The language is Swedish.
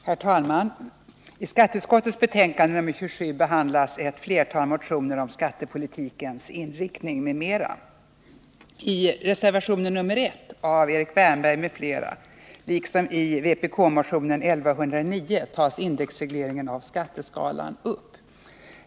Herr talman! I skatteutskottets betänkande nr 27 behandlas ett flertal motioner om skattepolitikens inriktning m.m. I reservation 1 av Erik Wärnberg m.fl. liksom i vpk-motionen 1109 tas indexregleringen av skatteskalan upp.